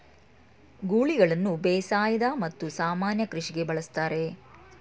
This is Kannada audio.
ಗೂಳಿಗಳನ್ನು ಬೇಸಾಯದ ಮತ್ತು ಸಾಮಾನ್ಯ ಕೃಷಿಗೆ ಬಳಸ್ತರೆ